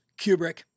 Kubrick